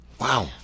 wow